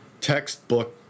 textbook